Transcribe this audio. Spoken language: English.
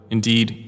Indeed